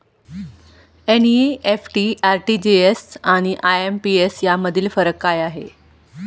NEFT, RTGS आणि IMPS यामधील फरक काय आहे?